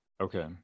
Okay